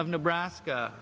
of nebraska